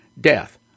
death